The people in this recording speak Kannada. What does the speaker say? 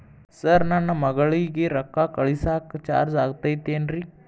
ಸರ್ ನನ್ನ ಮಗಳಗಿ ರೊಕ್ಕ ಕಳಿಸಾಕ್ ಚಾರ್ಜ್ ಆಗತೈತೇನ್ರಿ?